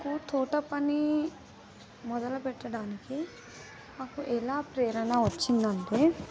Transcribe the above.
మాకు తోట పని మొదలు పెట్టడానికి మాకు ఎలా ప్రేరణ వచ్చిందంటే